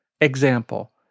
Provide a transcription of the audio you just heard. Example